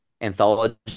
anthology